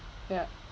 ya